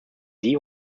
sie